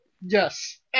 Yes